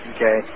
Okay